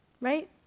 Right